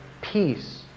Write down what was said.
peace